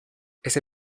ese